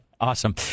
Awesome